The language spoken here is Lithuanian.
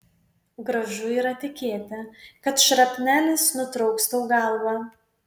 gražu yra tikėti kad šrapnelis nutrauks tau galvą